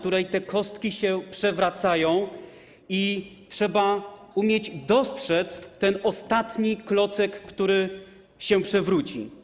Te kostki się przewracają i trzeba umieć dostrzec ten ostatni klocek, który się przewróci.